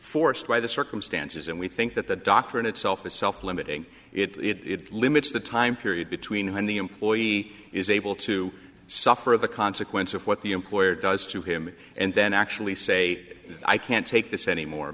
forced by the circumstances and we think that the doctrine itself is self limiting it limits the time period between when the employee is able to suffer the consequence of what the employer does to him and then actually say i can't take this anymore